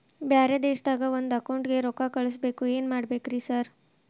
ಬ್ಯಾರೆ ದೇಶದಾಗ ಒಂದ್ ಅಕೌಂಟ್ ಗೆ ರೊಕ್ಕಾ ಕಳ್ಸ್ ಬೇಕು ಏನ್ ಮಾಡ್ಬೇಕ್ರಿ ಸರ್?